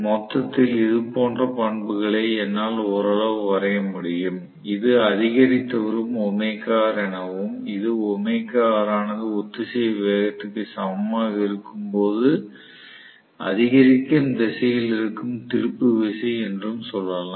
மொத்தத்தில் இது போன்ற பண்புகளை என்னால் ஓரளவு வரைய முடியும் இது அதிகரித்து வரும் எனவும் இது ஆனது ஒத்திசைவு வேகத்திற்கு சமமாக இருக்கும் போது அதிகரிக்கும் திசையில் இருக்கும் திருப்பு விசை என்றும் சொல்லலாம்